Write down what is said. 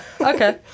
Okay